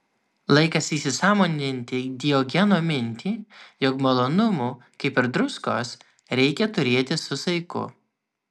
laikas įsisąmoninti diogeno mintį jog malonumų kaip ir druskos reikia turėti su saiku